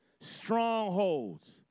strongholds